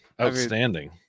Outstanding